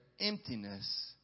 emptiness